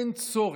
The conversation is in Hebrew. אין צורך,